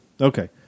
Okay